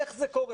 איך זה קורה?